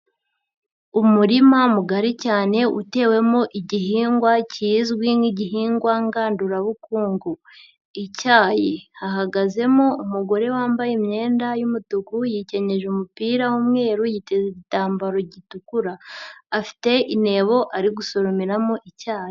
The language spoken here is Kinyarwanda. Umurima mugari cyane utewemo igihingwa kizwi nk'igihingwa ngandurabukungu icyayi. Hahagazemo umugore wambaye imyenda y'umutuku yikenyeje umupira w'umweru, yiteze igitambaro gitukura afite intebo ari gusoromeramo icyayi.